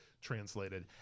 translated